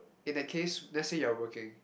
in that case let's say you are working